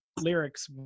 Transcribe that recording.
lyrics